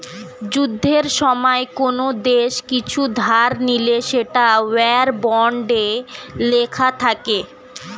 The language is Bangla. যুদ্ধের সময়ে কোন দেশ কিছু ধার নিলে সেটা ওয়ার বন্ডে লেখা থাকে